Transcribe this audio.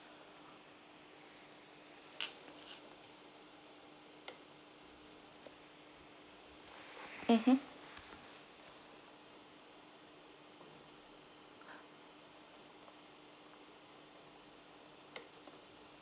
mmhmm